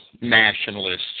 nationalists